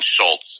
Schultz